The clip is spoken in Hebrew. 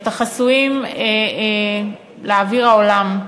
את החסויים לאוויר העולם.